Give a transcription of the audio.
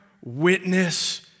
witness